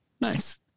Nice